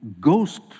ghost